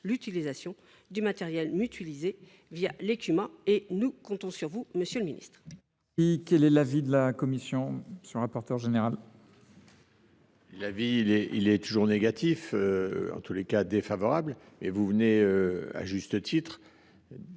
l’utilisation du matériel mutualisé les Cuma. Nous comptons sur vous, monsieur le ministre